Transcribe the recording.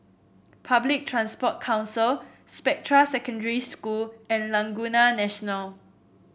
Public Transport Council Spectra Secondary School and Laguna National